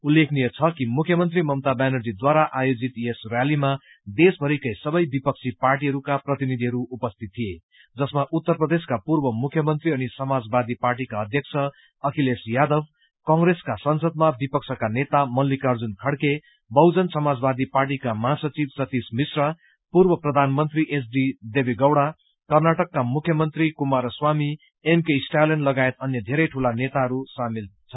उल्लेखनीय छ कि मुख्यमन्त्री ममता ब्यानर्जीद्वारा आयोजित यस रैलीमा देशभरिकै सबै विपक्षी पार्टीहरूका प्रतिनिधिहरू उपस्थित थिए जसमा उत्तर प्रदेशका पूर्व मुख्यमन्त्री अनि समाजवादी पार्टीका अध्यक्ष अखिलेश यादव कंग्रेसका संसदमा विपक्षका नेता मल्तिकार्जुन खड़गे बहुजन समाजवादी पार्टीका महासचिव सतिश मिश्रा पूर्व प्रधानमन्त्री एचडी देवेगौड़ा कर्नाटकका मुख्यमन्त्री कुमारस्वामी एमके स्टालिन लगायत अन्य धेरै ठूला नेताहरू सामेल छन्